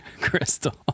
crystal